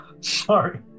Sorry